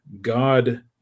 God